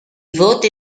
voti